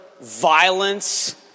violence